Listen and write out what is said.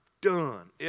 done